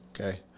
Okay